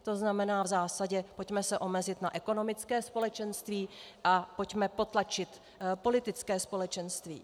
To znamená v zásadě pojďme se omezit na ekonomické společenství a pojďme potlačit politické společenství.